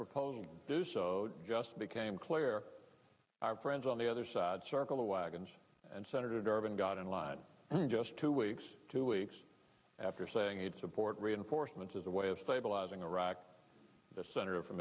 proposal just became clear our friends on the other side circle the wagons and senator durbin got in line just two weeks two weeks after saying he'd support reinforcements as a way of stabilizing iraq the senator from